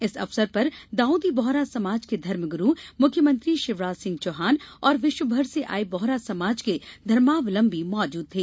इस अवसर पर दाऊदी बोहरा समाज के धर्मगुरू मुख्यमंत्री शिवराजसिंह चौहान और विश्वमर से आये बोहरा समाज के धर्मावलंबी मौजूद थे